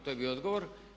To je bio odgovor.